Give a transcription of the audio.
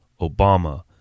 Obama